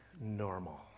normal